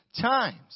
times